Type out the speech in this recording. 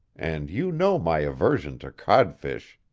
and you know my aversion to codfish.